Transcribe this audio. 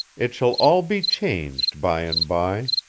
it shall all be changed by and by.